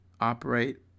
operate